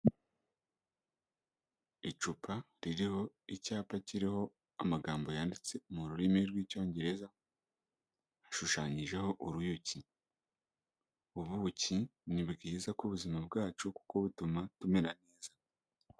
Icupa ririho icyapa kiriho amagambo yanditse mu rurimi rw'Icyongereza, hashushanyijeho uruyuki, ubuki ni bwiza ku buzima bwacu kuko butuma tumera neza.